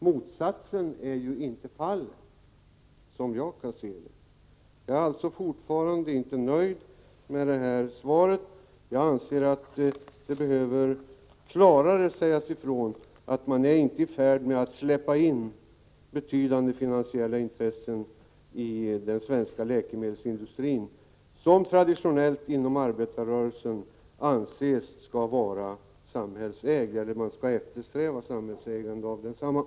Det finns ju ingenting som tyder på motsatsen — som jag ser det hela. Jag är alltså ännu inte nöjd med det svar jag fått. Jag anser att det är nödvändigt att man klarare säger ifrån, att man säger att man inte är i färd med att släppa in betydande finansiella intressen i den svenska läkemedelsindustrin. Traditionellt anser man ju inom arbetarrörelsen att ett samhällsägande skall eftersträvas när det gäller läkemedelsindustrin.